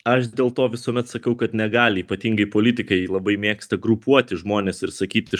aš dėl to visuomet sakau kad negali ypatingai politikai labai mėgsta grupuoti žmones ir sakyti